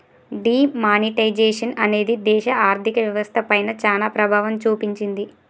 D monetisation అనేది దేశ ఆర్ధిక వ్యవస్థ పైన చానా ప్రభావం చూపించింది